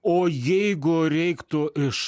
o jeigu reiktų iš